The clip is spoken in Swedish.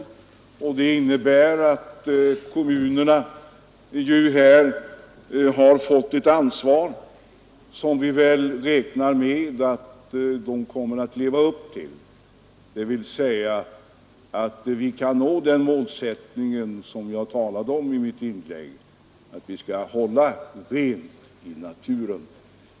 Detta innebär att kommunerna här fått ett ansvar som vi räknar med att de kommer att leva upp till och att vi därigenom kan nå det mål som jag talade om i mitt inlägg: att hålla rent i naturen.